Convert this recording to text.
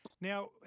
Now